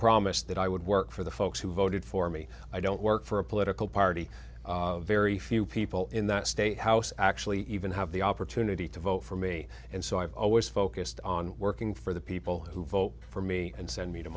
promised that i would work for the folks who voted for me i don't work for a political party very few people in that state house actually even have the opportunity to vote for me and so i've always focused on working for the people who vote for me and send me to